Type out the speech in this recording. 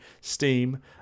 Steam